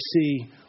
see